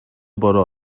бороо